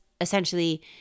essentially